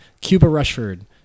Cuba-Rushford